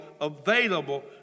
available